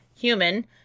human